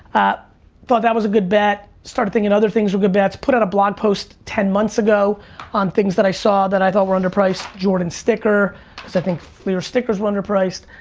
thought that was a good bet, started thinking and other things were good bets, put out a blog post ten months ago on things that i saw that i thought were underpriced, jordan's sticker cause i think fleer stickers were underpriced.